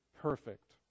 perfect